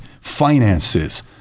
finances